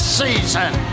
season